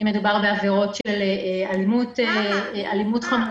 אם מדובר בעבירות של אלימות חמורה,